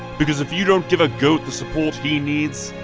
because if you don't give a goat the support he needs,